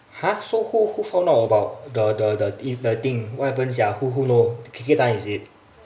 !huh! so who who found out about the the the thing what happened sia who who know K K tan is it